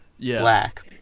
black